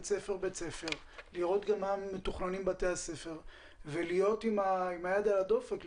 בית ספר ולראות היכן מתוכננים בתי הספר ולהיות עם היד על הדופק.